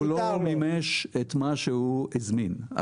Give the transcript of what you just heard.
הוא לא מימש את מה שהוא הזמין.